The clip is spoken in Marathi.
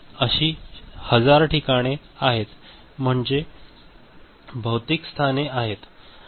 अशी 1000 ठिकाणे आहेत म्हणजे भौतिक स्थाने आहेत